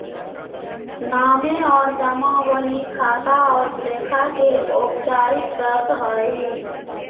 नामे और जमा बही खाता और लेखा के औपचारिक शर्त हइ